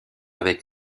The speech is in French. avec